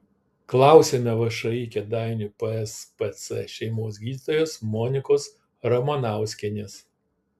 klausiame všį kėdainių pspc šeimos gydytojos monikos ramanauskienės